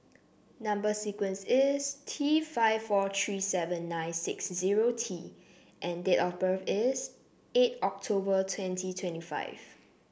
number sequence is T five four three seven nine six zero T and date of birth is eight October twenty twenty five